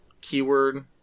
keyword